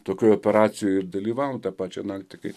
tokioj operacijoj dalyvavom tą pačią naktį kai